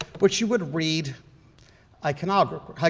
which you would read iconographically, like